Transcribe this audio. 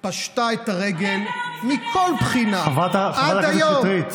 אני ישבתי איתך בוועדה,